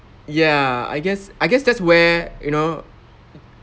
ya I guess I guess that's where you know